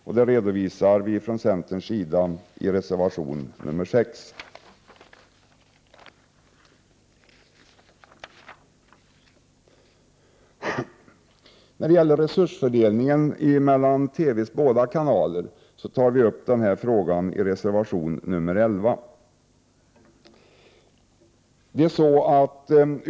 Detta redovisar vi också i centerreservationen 6. Frågan om resursfördelningen mellan TV:s båda kanaler tas upp i centerreservationen 11.